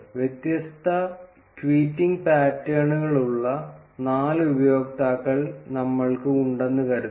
വ്യത്യസ്ത ട്വീറ്റിംഗ് പാറ്റേണുകളുള്ള നാല് ഉപയോക്താക്കൾ നമ്മൾക്ക് ഉണ്ടെന്ന് കരുതുക